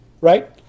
right